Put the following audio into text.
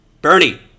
Bernie